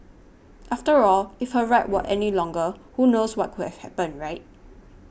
after all if her ride were any longer who knows what could have happened right